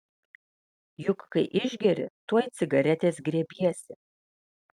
juk kai išgeri tuoj cigaretės griebiesi